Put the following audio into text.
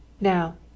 Now